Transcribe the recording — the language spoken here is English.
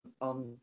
on